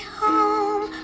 home